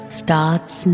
starts